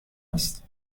است